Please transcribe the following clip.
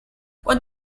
what